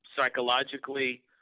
psychologically